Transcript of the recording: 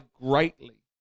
greatly